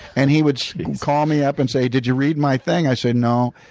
and he would call me up and say, did you read my thing? i said no,